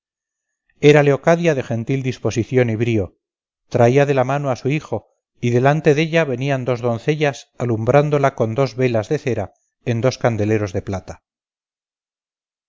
era leocadia de gentil disposición y brío traía de la mano a su hijo y delante della venían dos doncellas alumbrándola con dos velas de cera en dos candeleros de plata